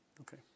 Okay